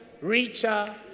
richer